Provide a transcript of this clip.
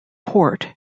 port